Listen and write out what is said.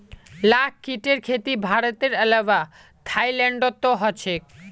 लाख कीटेर खेती भारतेर अलावा थाईलैंडतो ह छेक